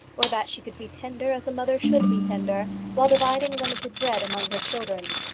or that she could be tender as a mother should be tender while dividing limited bread among her children.